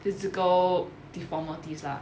physical deformities lah